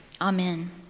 Amen